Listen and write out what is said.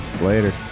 Later